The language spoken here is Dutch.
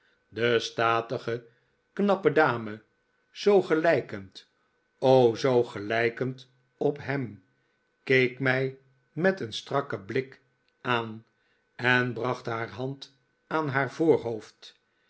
de statige knappe dame zoo gelijkend o zoo gelijkend op hem keek mij met een strakken blik aan en bracht haar hand aan haar voorhoofd